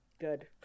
good